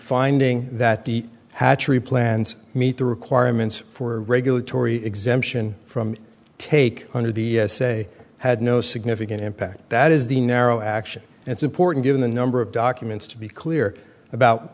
finding that the hatchery plans meet the requirements for regulatory exemption from take under the say had no significant impact that is the narrow action that's important given the number of documents to be clear about